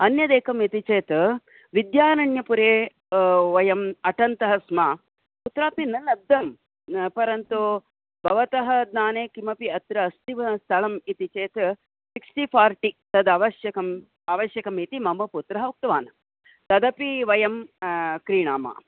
अन्यदेकम् इति चेत् विद्यारण्यपुरे वयम् अटन्तः स्म कुत्रापि न लब्धं परन्तु भवतः ज्ञाने किमपि अत्र अस्ति स्थलम् इति चेत् सिक्स्टि फ़र्टि तदवश्यकम् आवश्यकम् इति मम पुत्रः उक्तवान् तदपि वयं क्रीणामः